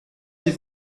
sie